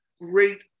great